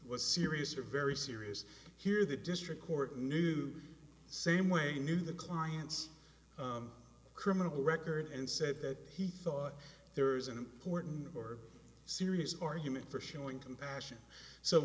serious or very serious here the district court knew same way knew the client's criminal record and said that he thought there's an important or serious argument for showing compassion so